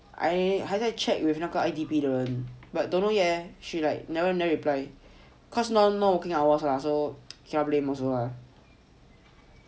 I 还在 check with I_D_B 的人 but don't know yet leh she like never no reply because now no working hours lah so cannot blame also lah